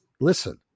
listen